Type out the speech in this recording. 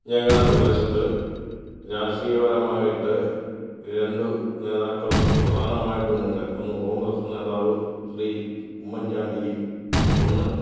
ഞങ്ങളുടെ പ്രദേശത്ത് രാഷ്ട്രീയ പരമായിട്ട് രണ്ട് നേതാക്കൾ പ്രധാനമായിട്ടുമുണ്ട് ഒന്ന് കോൺഗ്രസ്സ് നേതാവ് ശ്രീ ഉമ്മൻചാണ്ടിയും ഒന്ന്